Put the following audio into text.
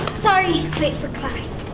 sorry, late for class.